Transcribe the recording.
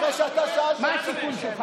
שאלת.